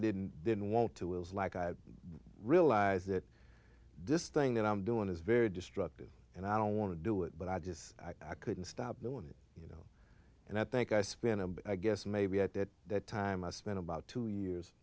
didn't didn't want to it was like i realized that this thing that i'm doing is very destructive and i don't want to do it but i just i couldn't stop doing it you know and i think i spent a bit i guess maybe at that time i spent about two years